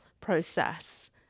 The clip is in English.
process